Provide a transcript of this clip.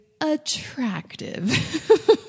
attractive